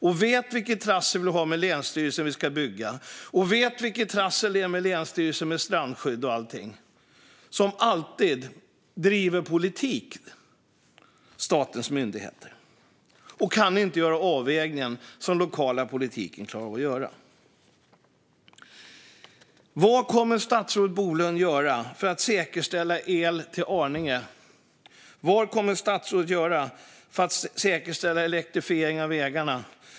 Jag vet vilket trassel det kan vara med länsstyrelser när man ska bygga eller i fråga om strandskydd. Som alltid driver politik statens myndigheter, och de kan inte göra den avvägning som den lokala politiken klarar. Vad kommer statsrådet Bolund att göra för att säkerställa el till Arninge? Vad kommer statsrådet att göra för att säkerställa elektrifiering av vägarna?